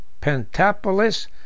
Pentapolis